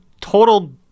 total